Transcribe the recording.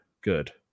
Good